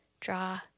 draw